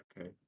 Okay